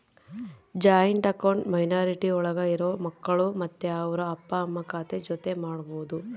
joint account minority ಒಳಗ ಇರೋ ಮಕ್ಕಳು ಮತ್ತೆ ಅವ್ರ ಅಪ್ಪ ಅಮ್ಮ ಖಾತೆ ಜೊತೆ ಮಾಡ್ಬೋದು